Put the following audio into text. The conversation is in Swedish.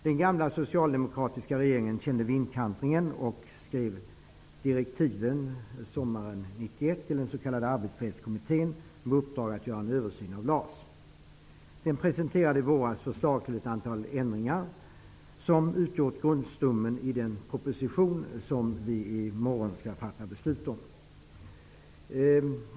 Den gamla socialdemokratiska regeringen kände vindkantringen och skrev sommaren 1991 direktiv till den s.k. arbetsrättskommmittén med uppdraget att göra en översyn av LAS. Kommittén presenterade i våras förslag till ett antal ändringar, vilka utgör grundstommen i den proposition som vi i morgon skall fatta beslut om.